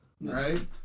Right